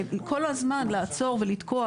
כל הזמן לעצור ולתקוע